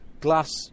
glass